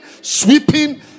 sweeping